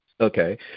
Okay